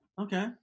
Okay